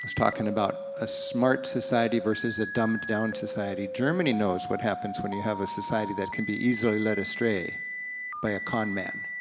talking about a smart society versus a dumbed-down society. germany knows what happens when you have a society that can be easily led astray by a conman.